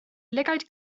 lygaid